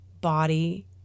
body